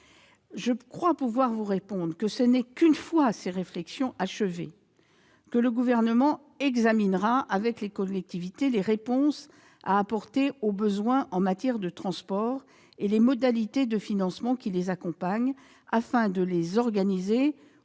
de conduire. Ce n'est qu'une fois ces réflexions achevées que le Gouvernement examinera, avec les collectivités, les réponses à apporter aux besoins en matière de transports et les modalités de financement qui les accompagnent, afin de les organiser aux échelles